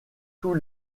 tous